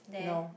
no